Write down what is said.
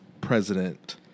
president